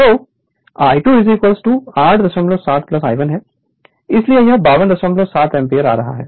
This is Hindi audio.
तो I2 87 I1 है इसलिए यह 527 एम्पीयर आ रहा है